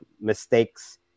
mistakes